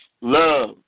Love